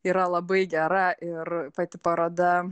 yra labai gera ir pati paroda